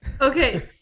Okay